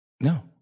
No